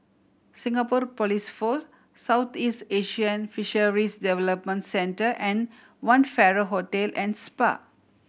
Singapore Police Force Southeast Asian Fisheries Development Center and One Farrer Hotel and Spa